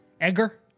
Edgar